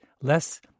less